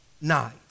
night